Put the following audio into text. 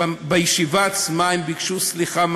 בישיבה עצמה הן ביקשו סליחה מהילד.